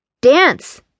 Dance